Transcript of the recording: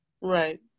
right